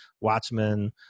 watchmen